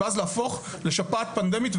ואז להפוך לשפעת פנדמית.